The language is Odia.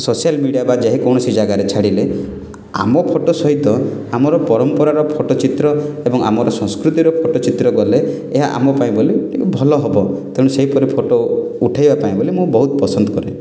ସୋସିଆଲ୍ ମିଡ଼ିଆ ବା ଯେ କୌଣସି ଜାଗାରେ ଛାଡ଼ିଲେ ଆମ ଫଟୋ ସହିତ ଆମର ପରମ୍ପରାର ଫଟୋ ଚିତ୍ର ଏବଂ ଆମର ସଂସ୍କୃତିର ଫଟୋ ଚିତ୍ର ଦେଲେ ଏହା ଆମ ପାଇଁ ବୋଲି ଭଲ ହେବ ତେଣୁ ସେହିପରି ଫଟୋ ଉଠାଇବା କାଇଁ ବୋଲି ମୁଁ ବହୁତ ପସନ୍ଦ କଲି